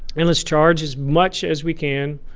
and let's charge as much as we can.